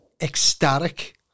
ecstatic